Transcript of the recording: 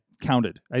counted